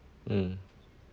mm